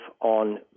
on